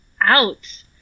out